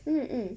mm mm